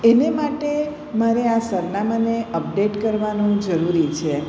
એને માટે મારે આ સરનામાને અપડેટ કરવાનું જરૂરી છે